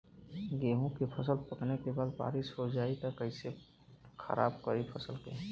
गेहूँ के फसल पकने के बाद बारिश हो जाई त कइसे खराब करी फसल के?